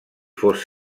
fos